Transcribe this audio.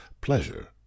pleasure